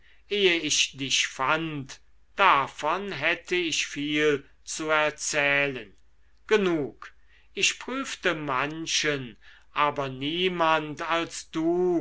ich dich fand davon hätte ich viel zu erzählen genug ich prüfte manchen aber niemand als du